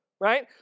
Right